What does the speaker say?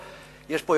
יש פה יותר מדי.